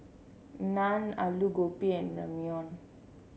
Naan Alu Gobi and Ramyeon